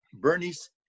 Bernie's